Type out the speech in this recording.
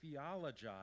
theologize